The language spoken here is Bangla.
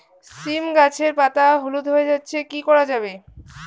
সীম গাছের পাতা হলুদ হয়ে যাচ্ছে কি করা যাবে?